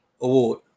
award